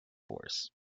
force